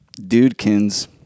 Dudekins